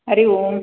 Hari Om